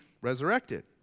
resurrected